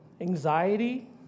anxiety